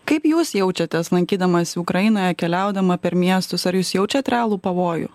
kaip jūs jaučiatės lankydamasi ukrainoje keliaudama per miestus ar jūs jaučiat realų pavojų